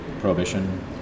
prohibition